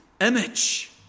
image